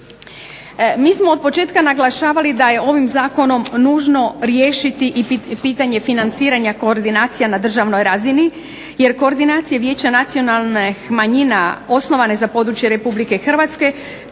Mi smo otpočetka naglašavali da je ovim zakonom nužno riješiti i pitanje financiranja koordinacija na državnoj razini, jer Koordinacije vijeća nacionalnih manjina osnovane za područje Republike Hrvatske predstavljaju